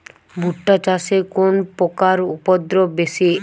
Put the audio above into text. ভুট্টা চাষে কোন পোকার উপদ্রব বেশি?